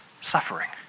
suffering